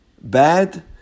bad